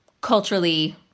culturally